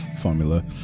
formula